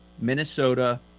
Minnesota